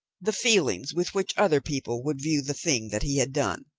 the feelings with which other people would view the thing that he had done.